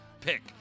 pick